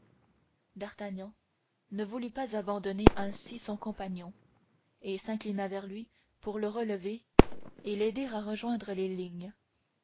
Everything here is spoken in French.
d'artagnan ne voulut pas abandonner ainsi son compagnon et s'inclina vers lui pour le relever et l'aider à rejoindre les lignes